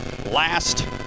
last